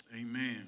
Amen